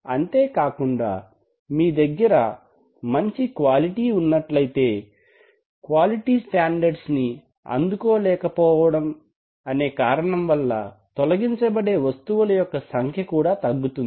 అంతేకాకుండా మీ దగ్గర మంచి క్వాలిటీ ఉన్నట్లయితే క్వాలిటీ స్టాండర్డ్స్ ని అందుకోలేకపోవడం కారణం వలన తొలగించబడే వస్తువుల యొక్క సంఖ్య తగ్గుతుంది